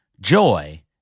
joy